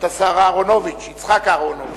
השר יצחק אהרונוביץ,